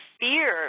fear